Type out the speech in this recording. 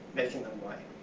making them white.